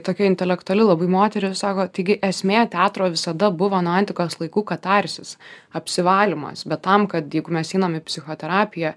tokia intelektuali labai moteris sako taigi esmė teatro visada buvo nuo antikos laikų katarsis apsivalymas bet tam kad jeigu mes einam į psichoterapiją